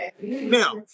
Now